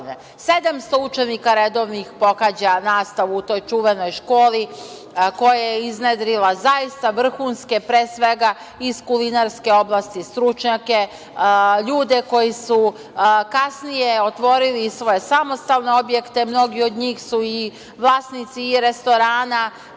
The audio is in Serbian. učenika pohađa nastavu u toj čuvenoj školi koja je iznedrila zaista vrhunske, pre svega, iz kulinarske oblasti stručnjake, ljude koji su kasnije otvorili svoje samostalne objekte, mnogi od njih su i vlasnici i restorana